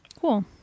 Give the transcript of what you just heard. cool